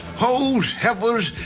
hoes, heifers,